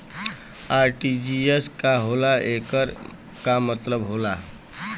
RTGS का होला एकर का मतलब होला?